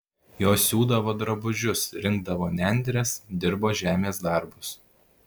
jos siūdavo drabužius rinkdavo nendres dirbo žemės darbus